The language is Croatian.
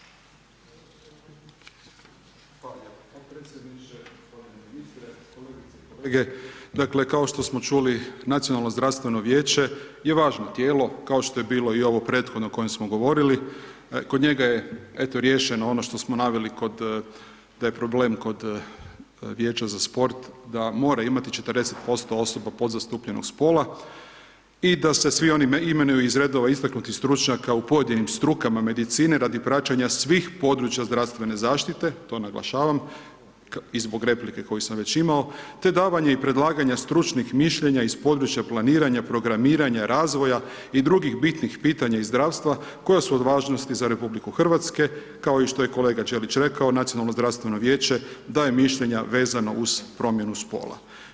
kolegice i kolege, dakle, kao što smo čuli Nacionalno zdravstveno vijeće je važno tijelo kao što je bilo i ovo prethodno o kojem smo govorili, kod njega je, eto riješeno ono što smo naveli kod, da je problem kod Vijeća za sport da mora imati 40% osoba podzastupljenog spola i da se svi oni imenuju iz redova istaknutih stručnjaka u pojedinim strukama medicine radi praćenja svih područja zdravstvene zaštite, to naglašavam i zbog replike koju sam već imao, te davanje i predlaganja stručnih mišljenja iz područja planiranja, programiranja, razvoja i drugih bitnih pitanja iz zdravstva koja su od važnosti za RH, kao što je i kolega Ćelić rekao, Nacionalno zdravstveno vijeće daje mišljenja vezano uz promjenu spola.